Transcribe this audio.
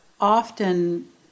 often